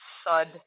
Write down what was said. sud